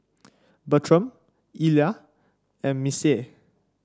Bertram Illa and Missie